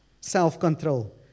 self-control